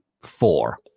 four